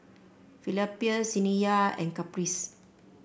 Felipa Saniyah and Caprice